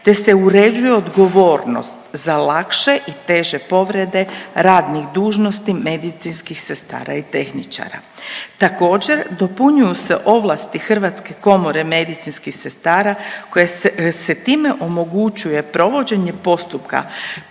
te se uređuje odgovornost za lakše i teže povrede radnih dužnosti medicinskih sestara i tehničara. Također dopunjuju se ovlasti Hrvatske komore medicinskih sestara koje se time omogućuje provođenje postupka